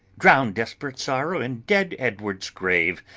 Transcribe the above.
drown desperate sorrow in dead edward's grave,